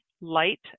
light